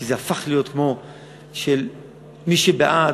כי זה הפך להיות כמו שמי שבעד,